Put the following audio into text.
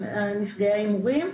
על נפגעי ההימורים.